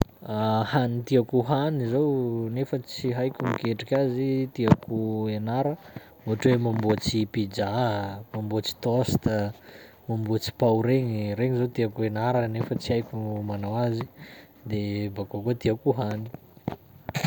Hany tiako hohany zao nefa tsy haiko miketrika azy tiako hianara, ohatry hoe mamboatsy pizza, mamboatsy toast a, mamboatsy pao regny, regny zao tiako hianaragna nefa tsy haiko manao azy de bakeo tiako hohany.